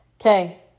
Okay